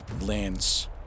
lands